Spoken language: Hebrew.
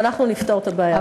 ואנחנו נפתור את הבעיה הזאת.